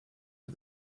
for